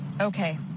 Okay